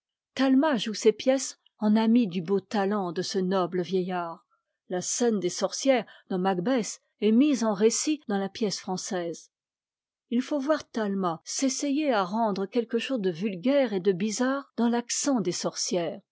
talma joue ses pièces en ami du beau talent de ce noble vieillard la scène des sorcières dans macbeth est mise en récit dans la pièce française faut voir talma s'essayer à rendre quelque chose de vulgaire et de bizarre dans l'accent des sorcières